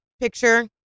picture